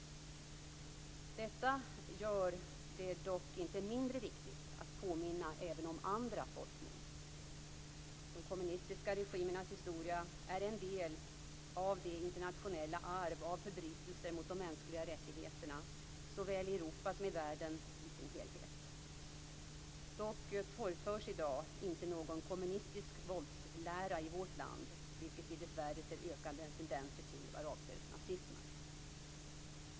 Detta gör det dock inte mindre viktigt att påminna även om andra folkmord. De kommunistiska regimernas historia är en del av det internationella arv av förbrytelser mot de mänskliga rättigheterna, såväl i Europa som i världen som helhet. Dock torgförs i dag inte någon kommunistisk våldslära i vårt land, vilket vi dessvärre ser ökande tendenser till vad avser nazismen.